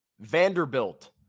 Vanderbilt